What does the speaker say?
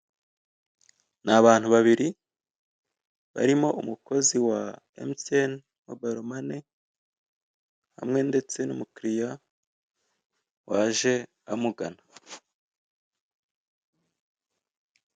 Ni abantu babiri barimo umukozi wa emutiyene kampani hamwe ndetse n'umukiriya waje amugana.